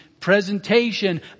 Presentation